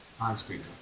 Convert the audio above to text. on-screen